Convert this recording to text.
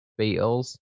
Beatles